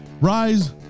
rise